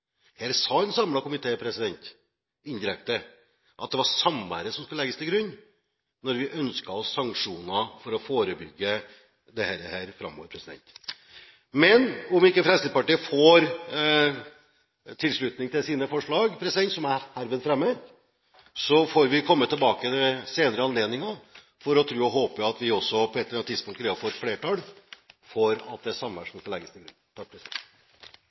Her sa en samlet komité – indirekte – at det var samværet som skulle legges til grunn når vi ønsket oss sanksjoner for å forebygge dette framover. Men om ikke Fremskrittspartiet får tilslutning til sine forslag – som jeg herved fremmer samt forslagene vi er sammen med Høyre om – får vi komme tilbake ved senere anledninger. Så får vi tro og håpe at vi også på et eller annet tidspunkt greier å få et flertall for at det er samvær som skal legges til grunn.